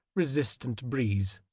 resistant breeze.